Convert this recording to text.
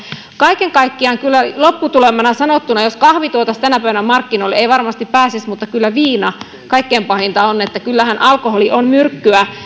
kaiken kaikkiaan kyllä lopputulemana sanottuna jos kahvi tuotaisiin tänä päivänä markkinoille se ei varmasti pääsisi mutta kyllä viina kaikkein pahinta on kyllähän alkoholi on myrkkyä